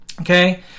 okay